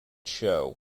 show